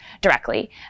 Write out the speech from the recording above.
directly